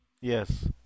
Yes